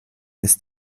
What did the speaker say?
ist